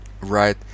Right